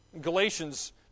Galatians